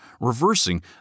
reversing